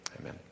Amen